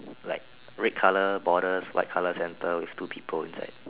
like red color borders white color center with two people inside